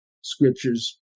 scriptures